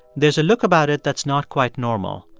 there's a look about it that's not quite normal,